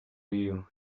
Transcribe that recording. you